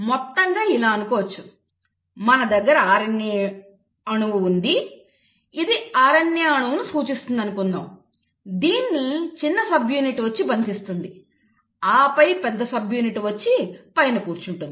మొత్తంగా ఇలా అనుకోవచ్చు మన దగ్గర RNA అణువు ఉంది ఇది RNA అణువును సూచిస్తుందనుకుందాం దీన్ని చిన్న సబ్యూనిట్ వచ్చి బంధిస్తుంది ఆపై పెద్ద సబ్యూనిట్ వచ్చి పైన కూర్చుంటుంది